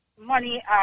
money